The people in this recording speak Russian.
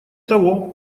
того